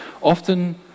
Often